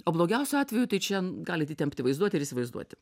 o blogiausiu atveju tai čia galit įtempti vaizduotę ir įsivaizduoti